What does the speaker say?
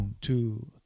two